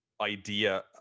idea